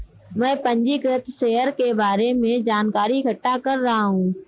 मैं पंजीकृत शेयर के बारे में जानकारी इकट्ठा कर रहा हूँ